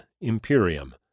Imperium